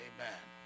Amen